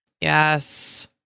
Yes